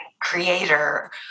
creator